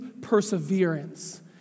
perseverance